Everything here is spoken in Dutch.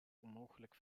onmogelijk